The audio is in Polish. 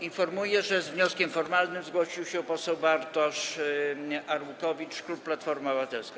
Informuję, że z wnioskiem formalnym zgłosił się poseł Bartosz Arłukowicz, klub Platforma Obywatelska.